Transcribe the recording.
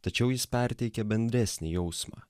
tačiau jis perteikia bendresnį jausmą